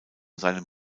seinem